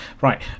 Right